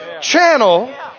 channel